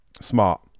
smart